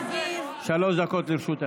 שלוש דקות לרשותך.